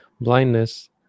Blindness